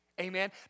Amen